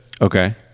Okay